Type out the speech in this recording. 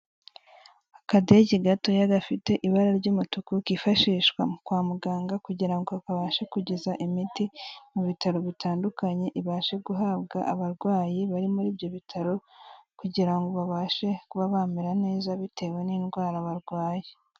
Akadege gatoya gafite ibara ry'umutuku kifashishwa kwa muganga kugirango ngo kabashe kugeza imiti mu bitaro bitandukanye ibashe guhabwa abarwayi bari muri ibyo bitaro kugira ngo babashe kuba bamera neza bitewe n'indwara barwaye.